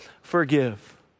forgive